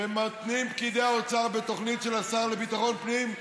שמתנים פקידי האוצר בתוכנית של השר לביטחון הפנים,